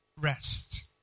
rest